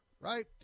right